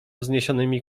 wzniesionymi